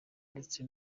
ndetse